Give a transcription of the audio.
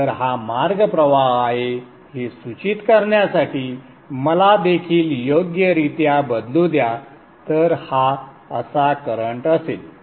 तर हा मार्ग प्रवाह आहे हे सूचित करण्यासाठी मला देखील योग्यरित्या बदलू द्या तर हा असा करंट असेल